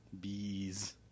Bees